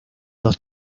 dos